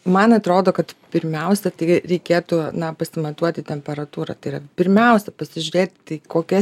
man atrodo kad pirmiausia taigi reikėtų na pasimatuoti temperatūrą tai yra pirmiausia pasižiūrėti kokia